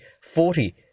forty